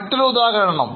മറ്റൊരുദാഹരണം പറയാമോ